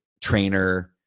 trainer